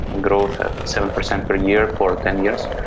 and growth at seven percent per year for ten years,